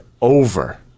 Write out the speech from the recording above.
over